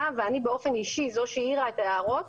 ואני באופן אישי זו שהעירה את ההערות,